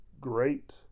great